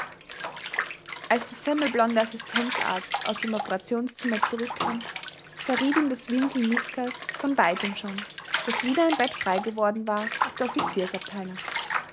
als der semmelblonde assistenzarzt aus dem operationszimmer zurückkam verriet ihm das winseln miskas von weitem schon daß wieder ein bett frei geworden war auf der